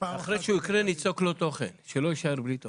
אחרי שהוא יקרה ניצוק לו תוכן שלא יישאר בלי תוכן.